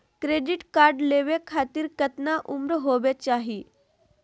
Credit card लेवे खातीर कतना उम्र होवे चाही?